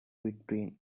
between